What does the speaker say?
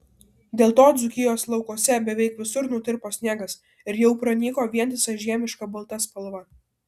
dėl to dzūkijos laukuose beveik visur nutirpo sniegas ir jau pranyko vientisa žiemiška balta spalva